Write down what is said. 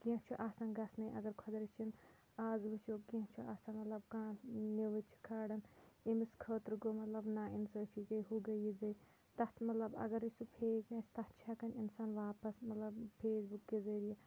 کینٛہہ چھُ آسان گژھنٕے اَگر خۄدا رٔچھِن آز وٕچھو کینٛہہ چھُ آسان مطلب کانٛہہ نِوٕز چھِ کھالان أمِس خٲطرٕ گوٚو مطلب نا اِنصٲفی گٔے ہُہ گٔے یہِ گٔے تَتھ مطلب اگرَے سُہ فیک آسہِ تَتھ چھِ ہٮ۪کان اِنسان واپَس مطلب فیس بُک کہِ ذٔریعہِ